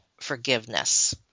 forgiveness